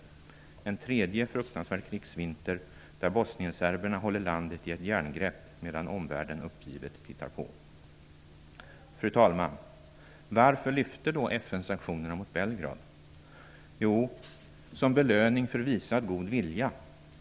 Det är en tredje fruktansvärd krigsvinter, då bosnien-serberna håller landet i ett järngrepp medan omvärlden uppgivet tittar på. Fru talman! Varför hävde då FN sanktionerna mot Belgrad? Jo, man gjorde det som en belöning för visad god vilja.